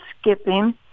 skipping